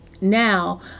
Now